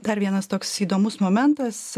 dar vienas toks įdomus momentas